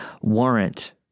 warrant